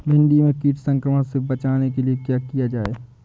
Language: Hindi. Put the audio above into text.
भिंडी में कीट संक्रमण से बचाने के लिए क्या किया जाए?